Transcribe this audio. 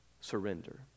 surrender